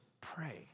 Pray